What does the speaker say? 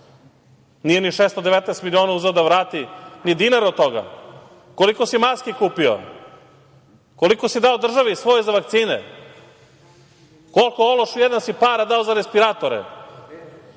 Nije ni 619 miliona uzeo da vrati, ni dinar od toga. Koliko si maski kupio? Koliko si dao svojoj državi za vakcine? Koliko si, ološu jedan, para dao za respiratore?